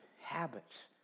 habits